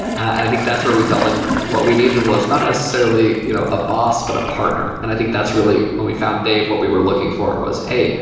i think that's where we felt like what we needed was not necessarily you know a boss, but a partner. and i think that's really when we found dave, what we were looking for was, hey,